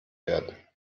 werden